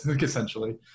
essentially